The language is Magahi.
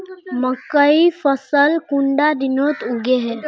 मकई फसल कुंडा दिनोत उगैहे?